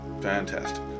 Fantastic